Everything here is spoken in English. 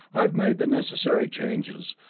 i've made the necessary changes,